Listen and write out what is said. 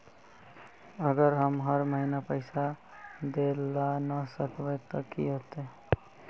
अगर हम हर महीना पैसा देल ला न सकवे तब की होते?